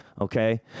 Okay